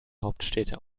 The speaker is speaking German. hauptstädte